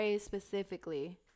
specifically